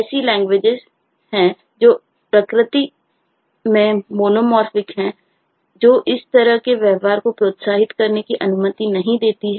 ऐसी लैंग्वेजेस हैं जो प्रकृति में मोनोमोर्फिक हैं जो इस तरह के व्यवहार को प्रोत्साहित करने की अनुमति नहीं देती हैं